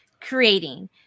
creating